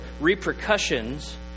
repercussions